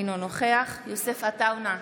אינו נוכח יוסף עטאונה,